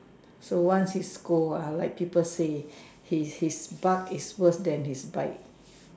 so once he scold I'll like people say his his bark is worse than his bite